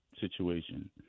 situation